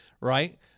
right